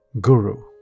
Guru